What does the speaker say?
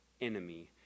enemy